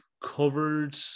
covered